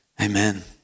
Amen